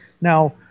Now